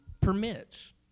Permits